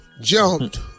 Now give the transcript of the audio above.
Jumped